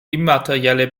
immaterielle